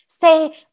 Say